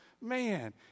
man